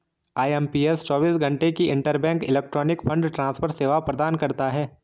IMPS चौबीस घंटे की इंटरबैंक इलेक्ट्रॉनिक फंड ट्रांसफर सेवा प्रदान करता है